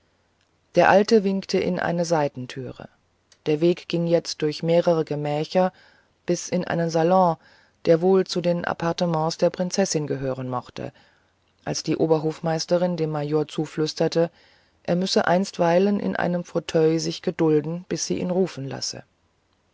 der alte winkte in eine seitentüre der weg ging jetzt durch mehrere gemächer bis in einen salon der wohl zu den appartements der prinzessin gehören mochte als die oberhofmeisterin dem major zuflüsterte er möchte einstweilen in einem fauteuil sich gedulden bis sie ihn rufen lasse